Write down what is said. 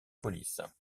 police